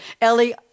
Ellie